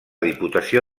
diputació